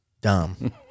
dumb